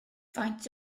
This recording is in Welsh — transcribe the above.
faint